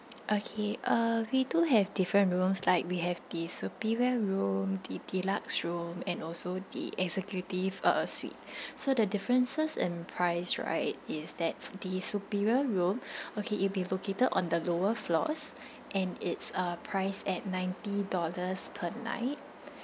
okay uh we do have different rooms like we have the superior room the deluxe room and also the executive uh suite so the differences and price right is that the superior room okay it'll be located on the lower floors and it's uh priced at ninety dollars per night